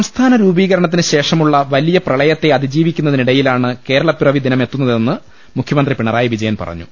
സംസ്ഥാന രൂപീകരണത്തിന് ശേഷമുള്ള വലിയ പ്രളയത്തെ അതിജീവി ക്കുന്നതിനിടയിലാണ് കേരളപ്പിറവി ദിനമെത്തുന്നതെന്ന് മുഖ്യമന്ത്രി പിണറായി വിജയൻ പറഞ്ഞു